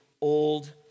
Old